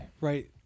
right